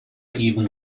even